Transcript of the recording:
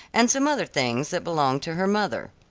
and some other things that belonged to her mother.